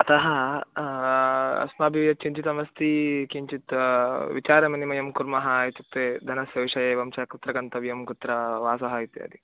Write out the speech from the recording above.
अतः अस्माभिः यत् चिन्तितमस्ति किञ्चित् विचारविनिमयं कुर्मः इत्युक्ते धनस्य विषये एवं च कुत्र गन्तव्यं कुत्र वासः इत्यादि